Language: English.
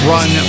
Run